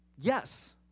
Yes